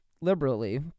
liberally